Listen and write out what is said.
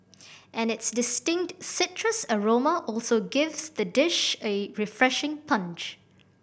and its distinct citrus aroma also gives the dish a refreshing punch